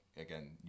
Again